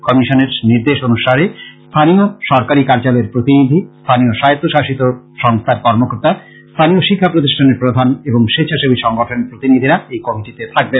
কমিশনের নির্দেশ অনুসারে স্থানীয় সরকারী কার্যালয়ের প্রতিনিধি স্থানীয় স্বায়ত্ব শাসিত সংস্থার কর্মকর্তা স্থানীয় শিক্ষা প্রতিষ্ঠানের প্রধান এবং স্বেচ্ছাসেবী সংগঠনের প্রতিনিধিরা এই কমিটিতে থাকবেন